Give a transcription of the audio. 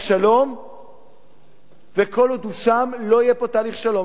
שלום וכל עוד הוא שם לא יהיה פה תהליך שלום.